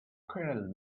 squirrel